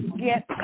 get